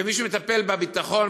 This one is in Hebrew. ומי שמטפל בביטחון,